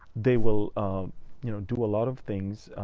they will you know do a lot of things,